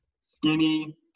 skinny